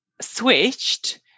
switched